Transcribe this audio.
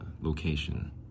location